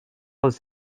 jose